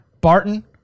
Barton